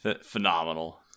phenomenal